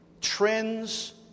Trends